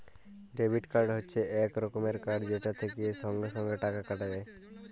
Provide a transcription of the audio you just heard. debit card হচ্যে এক রকমের কার্ড যেটা থেক্যে সঙ্গে সঙ্গে টাকা কাটা যায়